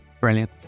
Brilliant